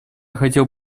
хотел